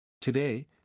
Today